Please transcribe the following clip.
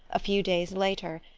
a few days later,